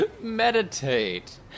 Meditate